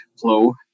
flow